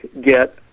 get